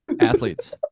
athletes